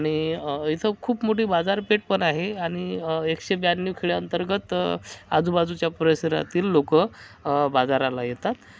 आणि इथं खूप मोठी बाजारपेठ पण आहे आणि एकशे ब्याण्णव खेडयाअंतर्गत आजूबाजूच्या परिसरातील लोक बाजाराला येतात